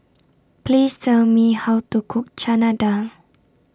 Please Tell Me How to Cook Chana Dal